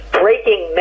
breaking